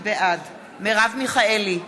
בעד מרב מיכאלי,